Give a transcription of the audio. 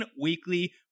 weekly